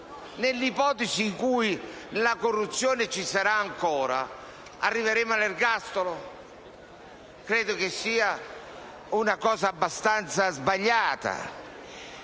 Nell'ipotesi in cui la corruzione ci fosse ancora, arriveremmo all'ergastolo? Credo sia una cosa abbastanza sbagliata.